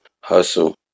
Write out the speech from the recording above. hustle